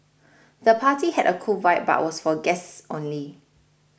the party had a cool vibe but was for guests only